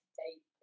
date